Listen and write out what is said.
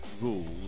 rules